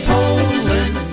Poland